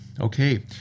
Okay